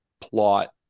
plot